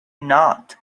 not